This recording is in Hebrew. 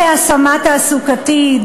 בהשמה תעסוקתית,